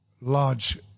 large